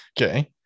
okay